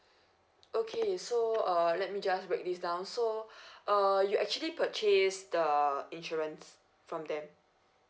okay so uh let me just break this down so uh you actually purchase the insurance from them